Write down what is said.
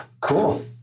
cool